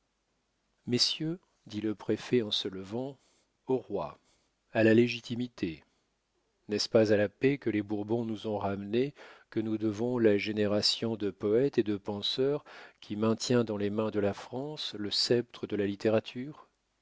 messieurs dit le préfet en se levant au roi à la légitimité n'est-ce pas à la paix que les bourbons nous ont ramenée que nous devons la génération de poètes et de penseurs qui maintient dans les mains de la france le sceptre de la littérature